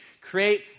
create